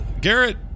garrett